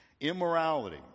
immorality